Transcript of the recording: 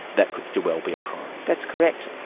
that could still well be a crime. that's correct.